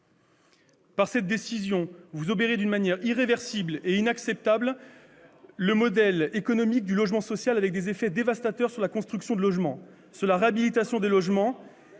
Par cette décision, vous obérez d'une manière irréversible et inacceptable le modèle économique du logement social avec des effets dévastateurs sur la construction de logements, sur la réhabilitation des logements,